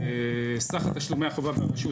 סך תשלומי החובה ברשות,